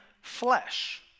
flesh